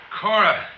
Cora